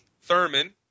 Thurman